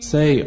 Say